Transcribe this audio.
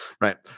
Right